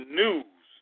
news